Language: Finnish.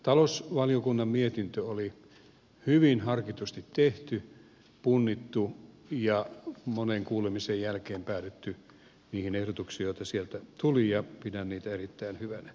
talousvaliokunnan mietintö oli hyvin harkitusti tehty punnittu ja monen kuulemisen jälkeen oli päädytty niihin ehdotuksiin joita sieltä tuli ja pidän niitä erittäin hyvinä